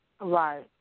Right